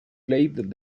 played